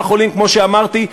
כמו שאמרתי,